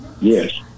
yes